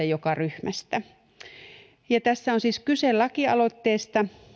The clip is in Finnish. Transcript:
joka ryhmästä tässä on siis kyse lakialoitteesta